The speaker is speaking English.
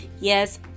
Yes